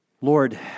Lord